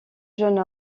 jeune